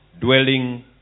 dwelling